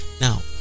Now